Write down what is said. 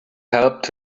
helped